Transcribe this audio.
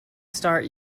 start